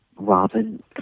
Robin